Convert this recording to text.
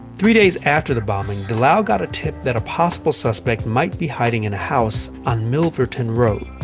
three days after the bombing, delau got a tip that a possible suspect might be hiding in a house on milverton road.